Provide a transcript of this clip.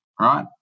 right